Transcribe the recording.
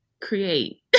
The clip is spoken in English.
create